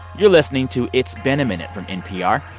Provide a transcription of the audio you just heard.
you're listening to it's been a minute from npr.